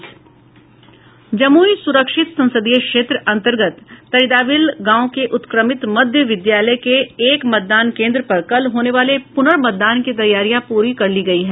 जमुई सुरक्षित संसदीय क्षेत्र अंतर्गत तरीदाविल गांव के उत्क्रमित मध्य विद्यालय के एक मतदान केंद्र पर कल होने वाले पुनर्मतदान की तैयारियां प्ररी कर ली गयी है